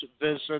visit